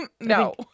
no